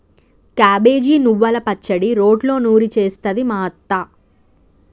cabbage నువ్వల పచ్చడి రోట్లో నూరి చేస్తది మా అత్త